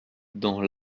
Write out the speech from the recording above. dans